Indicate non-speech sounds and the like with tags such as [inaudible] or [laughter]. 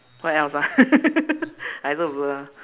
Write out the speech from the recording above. what else ah [laughs] I also blur